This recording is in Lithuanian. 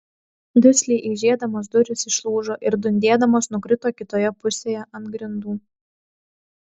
dusliai eižėdamos durys išlūžo ir dundėdamos nukrito kitoje pusėje ant grindų